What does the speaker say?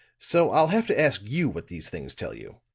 so i'll have to ask you what these things tell you.